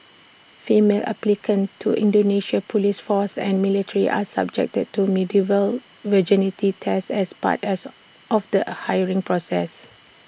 female applicants to Indonesia's Police force and military are subjected to medieval virginity tests as part as of the hiring process